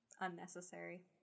unnecessary